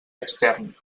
extern